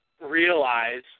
realize